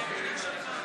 להעביר את הצעת חוק